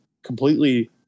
Completely